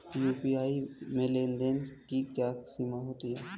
UPI में लेन देन की क्या सीमा होती है?